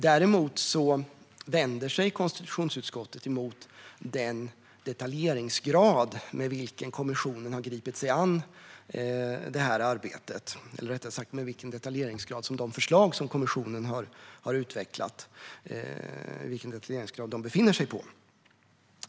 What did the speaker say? Däremot vänder sig konstitutionsutskottet mot den detaljeringsgrad med vilken kommissionen har gripit sig an arbetet, eller rättare sagt den detaljeringsgrad de förslag som kommissionen har utvecklat befinner sig på.